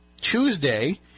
Tuesday